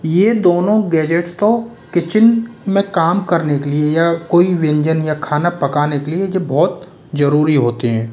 ये दोनों गैजेट्स तो किचिन में काम करने के लिए या कोई व्यंजन या खाना पकाने के लिए ये बहुत ज़रूरी होते हैं